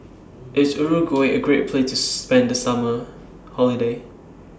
IS Uruguay A Great Place to spend The Summer Holiday